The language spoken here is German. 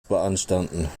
beanstanden